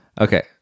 Okay